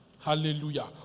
Hallelujah